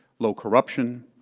low corruption,